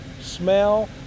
smell